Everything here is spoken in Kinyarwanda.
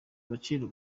gaciro